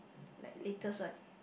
like latest one